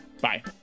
bye